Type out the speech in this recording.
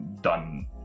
Done